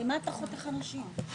זה לא מספק אותך, בסדר.